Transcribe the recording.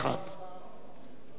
חוזרים למנדט.